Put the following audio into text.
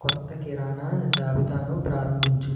క్రొత్త కిరాణా జాబితాను ప్రారంభించుము